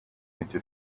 into